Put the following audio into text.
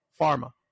Pharma